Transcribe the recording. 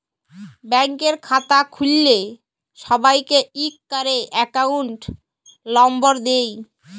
ব্যাংকের খাতা খুল্ল্যে সবাইকে ইক ক্যরে একউন্ট লম্বর দেয়